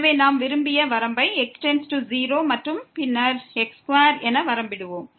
எனவே நாம் விரும்பிய வரம்பை x→0 மற்றும் பின்னர் x2 என வரம்பிடுவோம்